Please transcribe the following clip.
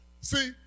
See